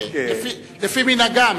לפי מנהגם,